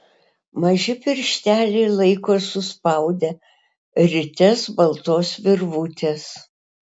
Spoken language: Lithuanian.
maži piršteliai laiko suspaudę rites baltos virvutės